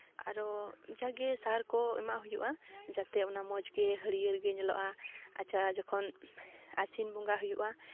ᱟᱨᱚ ᱡᱟᱜᱮ ᱥᱟᱨ ᱠᱚ ᱮᱢᱟᱜ ᱦᱩᱭᱩᱜᱼᱟ ᱡᱟᱛᱮ ᱚᱱᱟ ᱢᱚᱡᱽᱜᱮ ᱦᱟᱹᱨᱭᱟᱹᱲᱜᱮ ᱧᱮᱞᱚᱜᱼᱟ ᱟᱪᱪᱷᱟ ᱡᱚᱠᱷᱚᱱ ᱟᱹᱥᱤᱱ ᱵᱚᱸᱜᱟ ᱦᱩᱭᱩᱜᱼᱟ